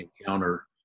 encounter